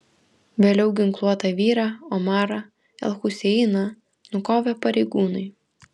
vėliau ginkluotą vyrą omarą el huseiną nukovė pareigūnai